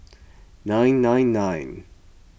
nine nine nine